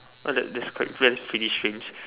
what that that's quite that's pretty strange